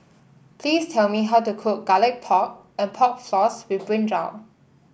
please tell me how to cook Garlic Pork and Pork Floss with brinjal